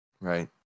Right